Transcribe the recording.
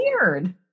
weird